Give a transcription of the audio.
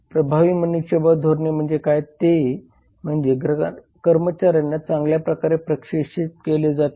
प्रभावी मनुष्यबळ धोरणे म्हणजे काय तर ते म्हणजे कर्मचार्यांना चांगल्या प्रकारे प्रशिक्षित केले जाते